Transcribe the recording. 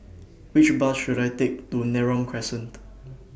Which Bus should I Take to Neram Crescent